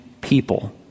people